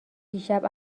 دیشب